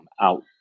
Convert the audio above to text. out